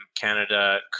Canada